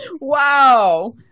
Wow